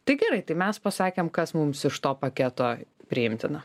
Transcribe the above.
tai gerai tai mes pasakėm kas mums iš to paketo priimtina